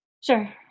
Sure